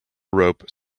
rope